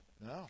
no